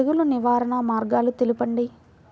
తెగులు నివారణ మార్గాలు తెలపండి?